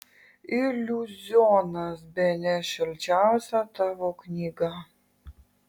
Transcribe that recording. iliuzionas bene šilčiausia tavo knyga